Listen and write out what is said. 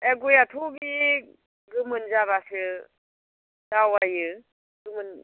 एह गयआथ' बे गोमोन जाबासो जावैयो गोमोन